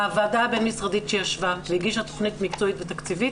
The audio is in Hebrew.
הוועדה הבין משרדית שישבה והגישה תכנית מקצועית ותקציבית,